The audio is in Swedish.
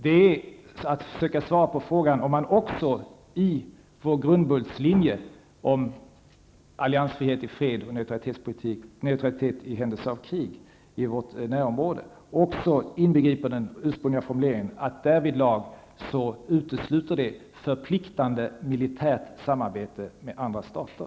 Det gäller om statsministern vill försöka svara på frågan om man också i vår grundbultslinje, avseende alliansfrihet i fred och neutralitet i händelse av krig i vårt närområde, också kan inbegripa den ursprungliga formuleringen att därvidlag utesluts förpliktande militärt samarbete med andra stater.